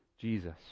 Jesus